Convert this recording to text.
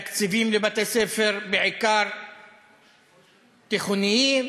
תקציבים לבתי-ספר, בעיקר תיכוניים.